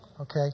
Okay